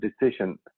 decision